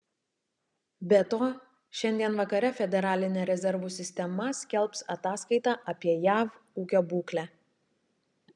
be to šiandien vakare federalinė rezervų sistema skelbs ataskaitą apie jav ūkio būklę